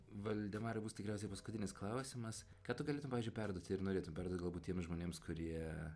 valdemarai bus tikriausiai paskutinis klausimas ką tu galėtum pavyzdžiui perduoti ir norėtum perduot galbūt tiems žmonėms kurie